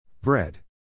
Bread